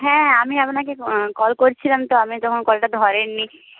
হ্যাঁ আমি আপনাকে কল করছিলাম তো আপনি তখন কলটা ধরেননি